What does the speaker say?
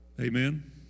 Amen